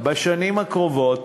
בשנים הקרובות